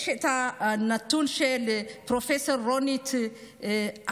יש את הנתון של פרופ' רונית אנדוולט,